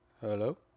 Hello